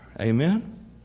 Amen